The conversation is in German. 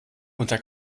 unter